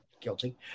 Guilty